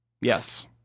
Yes